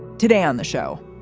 today on the show,